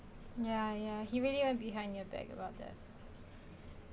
ya ya he really went behind your back about that